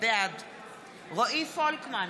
בעד רועי פולקמן,